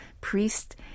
priest